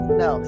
no